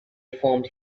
formed